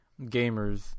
gamers